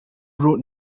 wrote